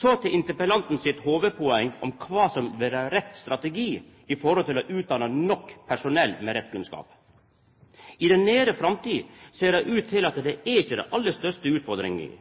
Så til interpellanten sitt hovudpoeng om kva som vil vera rett strategi for å utdanna nok personell med rett kunnskap. I den nære framtida ser det ut til at det ikkje er den aller største